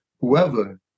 whoever